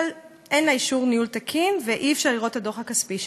אבל אין לה אישור ניהול תקין ואי-אפשר לראות את הדוח הכספי שלה.